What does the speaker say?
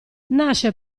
nasce